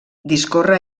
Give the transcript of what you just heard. discorre